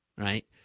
Right